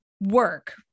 work